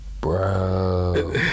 bro